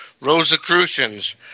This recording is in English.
Rosicrucians